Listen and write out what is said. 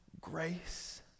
grace